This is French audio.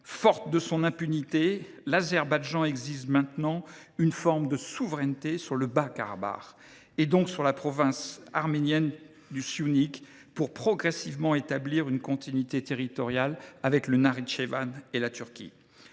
Forte de son impunité, l’Azerbaïdjan exige maintenant une forme de souveraineté sur le Bas Karabagh, donc sur la province arménienne du Syunik, pour progressivement établir une continuité territoriale avec le Nakhitchevan et la Turquie.